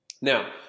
Now